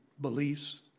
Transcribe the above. beliefs